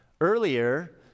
Earlier